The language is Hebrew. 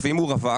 ואם הוא רווק?